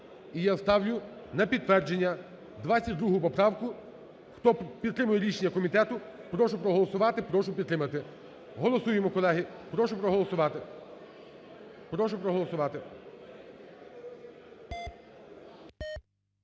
і я ставлю на підтвердження 22 поправку. Хто підтримує рішення комітету, прошу проголосувати, прошу підтримати. Голосуємо, колеги, прошу проголосувати. Прошу проголосувати.